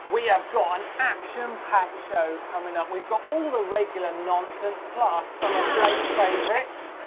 we have got an action-packed show coming up, we've got all the regular nonsense, plus some of blake's favourites.